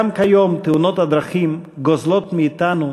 גם כיום תאונות הדרכים גוזלות מאתנו,